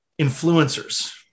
influencers